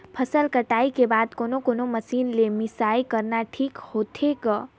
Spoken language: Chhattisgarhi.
फसल कटाई के बाद कोने कोने मशीन ले मिसाई करना ठीक होथे ग?